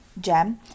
gem